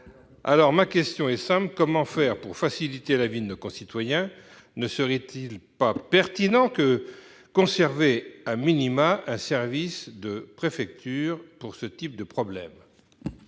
! Ma question est simple : comment faciliter la vie de nos concitoyens ? Ne serait-il pas pertinent de conserver un service en préfecture pour ce type de problèmes ?